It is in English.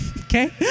Okay